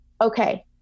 Okay